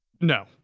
no